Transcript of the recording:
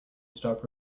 stop